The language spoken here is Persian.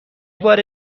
بار